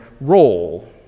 role